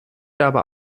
aber